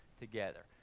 together